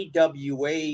AWA